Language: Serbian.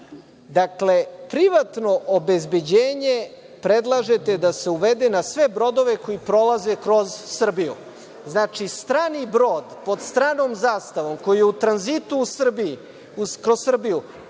pirate. Dakle, privatno obezbeđenje predlažete da se uvede na sve brodove koji prolaze kroz Srbiju. Znači, strani brod pod stranom zastavom koji je u tranzitu kroz Srbiji,